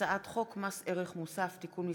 הצעת חוק מס ערך מוסף (תיקון מס'